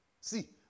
See